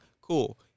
Cool